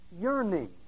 yearning